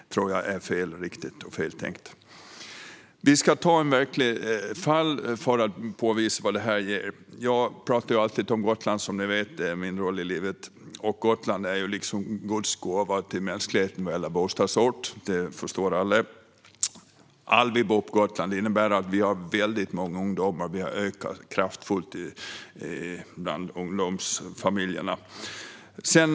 Det tror jag är feltänkt. Jag ska ta upp ett verkligt fall för att påvisa vad detta innebär. Jag talar alltid om Gotland, som ni vet. Det är min roll i livet. Gotland är liksom Guds gåva till mänskligheten vad gäller bostadsort. Det förstår alla. Alla vill bo på Gotland. Det innebär att vi har väldigt många ungdomar, och antalet familjer med ungdomar har ökat kraftigt.